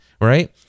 Right